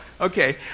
okay